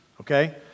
Okay